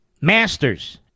Masters